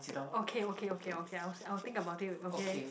okay okay okay okay I'll I'll think about it okay